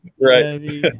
Right